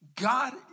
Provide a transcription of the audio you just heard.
God